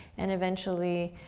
and eventually